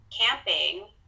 camping